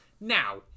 Now